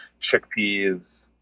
chickpeas